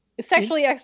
Sexually